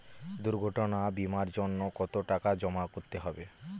দুর্ঘটনা বিমার জন্য কত টাকা জমা করতে হবে?